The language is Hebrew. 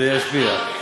זה ישביח.